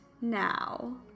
now